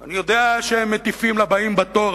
אני יודע שהם מטיפים לבאים בתור.